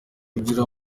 kugira